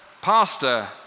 pastor